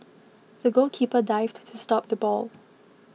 the goalkeeper dived to stop the ball